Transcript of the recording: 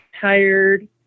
tired